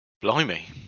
Blimey